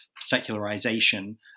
secularization